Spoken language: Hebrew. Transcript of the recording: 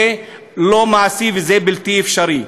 זה לא מעשי וזה בלתי אפשרי.